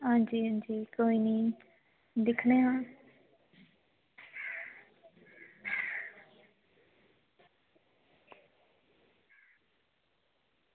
आं जी आं जी कोई निं दिक्खने आं